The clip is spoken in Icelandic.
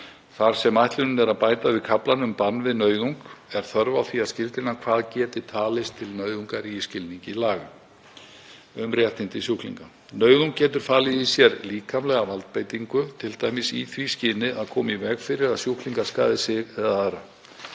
Þar sem ætlunin er að bæta við kaflann um bann við nauðung er þörf á því að skilgreina hvað geti talist til nauðungar í skilningi laga um réttindi sjúklinga. Nauðung getur falið í sér líkamlega valdbeitingu, t.d. í því skyni að koma í veg fyrir að sjúklingur skaði sig eða aðra